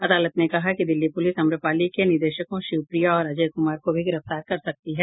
अदालत ने कहा कि दिल्ली पुलिस आम्रपाली के निदेशकों शिव प्रिया और अजय कुमार को भी गिरफ्तार कर सकती है